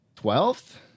twelfth